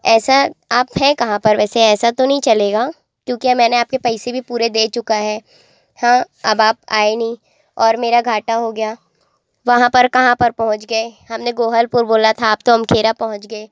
ऐसा आप हैं कहाँ पर वैसे ऐसा तो नहीं चलेगा क्योंकि मैंने आपके पैसे भी पूरे दे चुकी हूँ हाँ अब आप आए नहीं और मेरा घाटा हो गया वहाँ पर कहाँ पर पहुंच गए हम ने गोहलपुर बोला था आप तो अमखेरा पहुंच गए